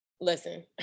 listen